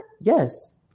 yes